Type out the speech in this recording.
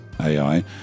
AI